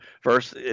first